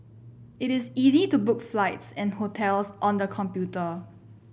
it is easy to book flights and hotels on the computer